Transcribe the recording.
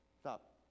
stop